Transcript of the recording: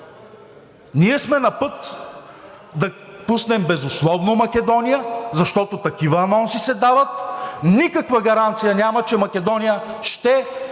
Ние сме на път да пуснем безусловно Македония, защото такива анонси се дават. Никаква гаранция няма, че Македония ще